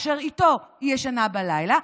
אשר איתו היא ישנה בלילה?